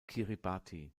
kiribati